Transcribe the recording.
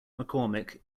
mccormick